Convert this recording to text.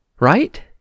Right